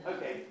Okay